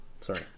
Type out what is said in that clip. Sorry